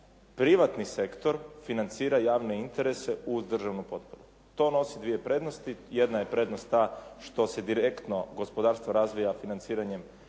privatni sektor financira javne interese uz državnu potporu. To nosi dvije prednosti. Jedna je prednost ta što se direktno gospodarstvo razvija financiranjem